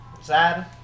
sad